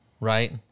Right